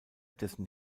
dessen